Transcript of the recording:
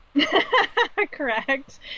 correct